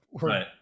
right